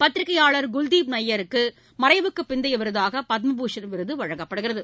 பத்திரிகையாளர் குல்தீப் நய்யருக்கு மறைவிற்குப் பிந்தைய விருதாக பத்மபூஷன் விருது வழங்கப்படுகிறது